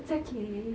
it's okay